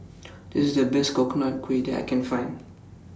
This IS The Best Coconut Kuih that I Can Find